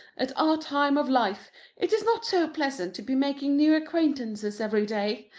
at our time of life it is not so pleasant to be making new acquaintances every day.